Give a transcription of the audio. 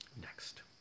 next